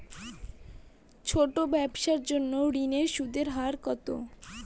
ছোট ব্যবসার জন্য ঋণের সুদের হার কত?